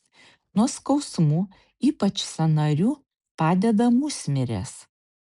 nuo skausmų ypač sąnarių padeda musmirės